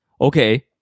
Okay